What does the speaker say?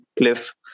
cliff